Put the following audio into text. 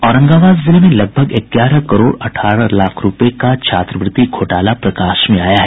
औरंगाबाद जिले में लगभग ग्यारह करोड़ अठारह लाख रूपये का छात्रवृत्ति घोटाला प्रकाश में आया है